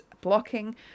blocking